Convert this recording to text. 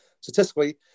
statistically